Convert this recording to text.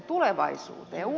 herra puhemies